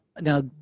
now